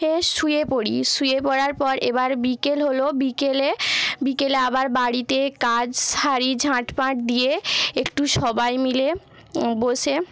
এ শুয়ে পড়ি শুয়ে পড়ার পর এবার বিকেল হল বিকেলে বিকেলে আবার বাড়িতে কাজ সারি ঝাঁট ফাঁট দিয়ে একটু সবাই মিলে বসে